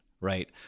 right